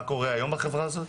מה קורה היום בחברה הזאת?